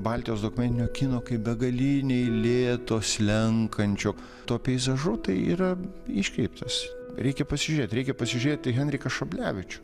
baltijos dokumentinio kino kaip begaliniai lėto slenkančio tuo peizažu tai yra iškreiptas reikia pasižiūrėt reikia pasižiūrėti henriką šablevičių